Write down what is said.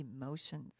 emotions